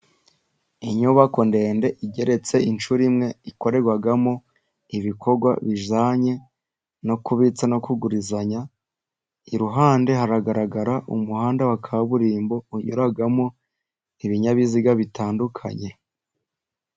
Inyubako ndende igeretse inshuro imwe, ikorerwamo ibikorwa bijyanye no kubitsa no kugurizanya, iruhande haragaragara umuhanda wa kaburimbo, unyuramo ibinyabiziga bitandukanye.